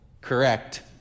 correct